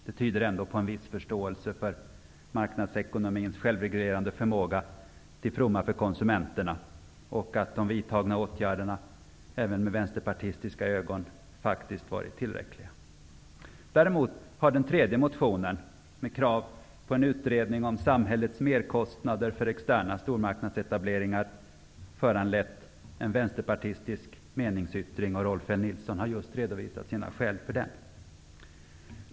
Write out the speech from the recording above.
Det tyder ändock på en viss förståelse för marknadsekonomins självreglerande förmåga till fromma för konsumenterna och på att de vidtagna åtgärderna, även sedda med vänsterpartistiska ögon, var tillräckliga. Däremot har en tredje motion, med krav på en utredning om samhällets merkostnader för externa stormarknadsetableringar föranlett en vänsterpartistisk meningsyttring. Rolf L. Nilson har just redovisat sina skäl för denna.